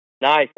Nice